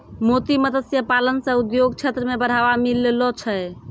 मोती मत्स्य पालन से उद्योग क्षेत्र मे बढ़ावा मिललो छै